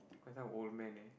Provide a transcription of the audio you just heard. quite some old man eh